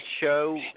show